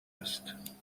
است